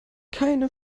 keine